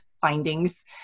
findings